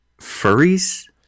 Furries